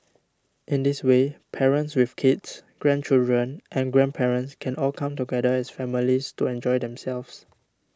in this way parents with kids grandchildren and grandparents can all come together as families to enjoy themselves